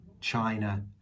China